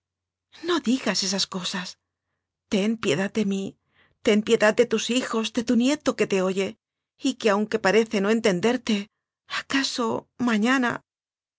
no digas esas cosas ten piedad de mí ten pie dad de tus hijos de tu nieto que te oye yque aunque parece no entenderte